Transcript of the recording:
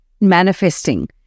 manifesting